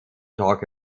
talk